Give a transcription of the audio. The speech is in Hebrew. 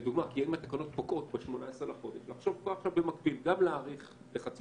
לדוגמא: אם התקנות פוקעות ב-18 בחודש לחשוב במקביל גם להאריך לחצי